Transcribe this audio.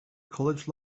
college